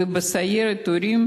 ובסיירת הורים,